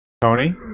Tony